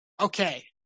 okay